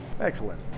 excellent